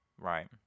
right